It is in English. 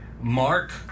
Mark